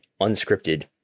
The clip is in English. unscripted